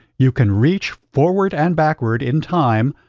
you can reach forward and backward in time,